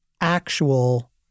actual